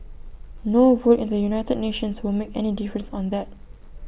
no vote in the united nations will make any difference on that